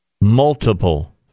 multiple